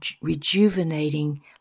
rejuvenating